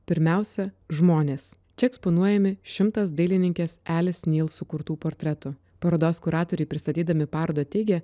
pirmiausia žmonės čia eksponuojami šimtas dailininkės elis nil sukurtų portretų parodos kuratoriai pristatydami parodą teigė